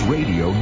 Radio